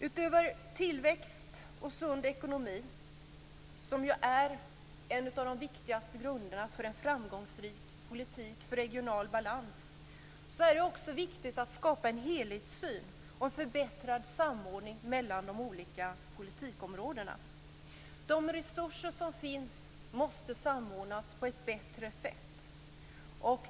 Utöver tillväxt och sund ekonomi, som ju är en av de viktigaste grunderna för en framgångsrik politik för regional balans, är det också viktigt att skapa en helhetssyn och en förbättrad samordning mellan de olika politikområdena. De resurser som finns måste samordnas på ett bättre sätt.